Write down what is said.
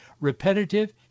repetitive